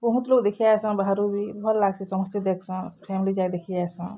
ବହୁତ୍ ଲୋକ୍ ଦେଖି ଆଏସନ୍ ବାହାରୁ ବି ଭଲ୍ ଲାଗ୍ସି ସମସ୍ତେ ଦେଖ୍ସନ୍ ଫ୍ୟାମିଲି ଯାକ ଦେଖିଆସନ୍